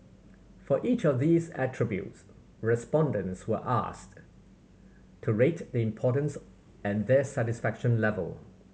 for each of these attributes respondents were asked to rate the importance and their satisfaction level